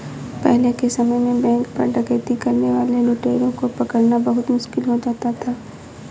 पहले के समय में बैंक पर डकैती करने वाले लुटेरों को पकड़ना बहुत मुश्किल हो जाता था